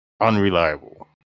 unreliable